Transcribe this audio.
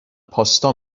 پاستا